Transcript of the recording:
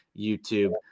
youtube